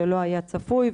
זה לא היה צפוי,